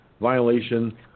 violation